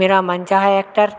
मेरा मनचाहा ऐक्टर